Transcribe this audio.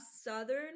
southern